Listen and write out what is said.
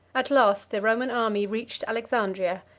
at last the roman army reached alexandria,